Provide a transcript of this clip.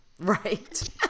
Right